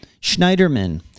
Schneiderman